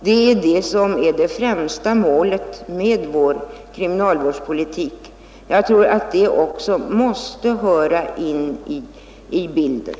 Detta är det främsta målet för vår kriminalvårdspolitik. Den saken måste också få komma med i bilden.